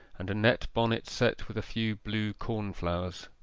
and a net bonnet set with a few blue cornflowers.